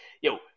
Yo